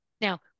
Now